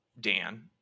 Dan